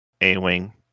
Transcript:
A-wing